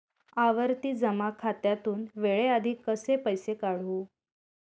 आवर्ती जमा खात्यातून वेळेआधी कसे पैसे काढू?